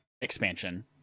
expansion